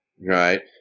right